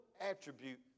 attribute